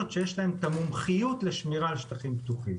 שיש להן את המומחיות לשמירה על שטחים פתוחים.